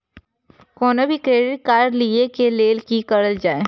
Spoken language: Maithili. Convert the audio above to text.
कोनो भी क्रेडिट कार्ड लिए के लेल की करल जाय?